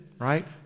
right